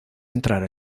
entrar